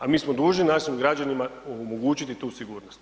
A mi smo dužni našim građanima omogućiti tu sigurnost.